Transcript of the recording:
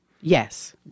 Yes